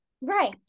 Right